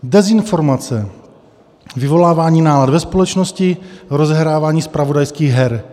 Dezinformace, vyvolávání nálad ve společnosti, rozehrávání zpravodajských her.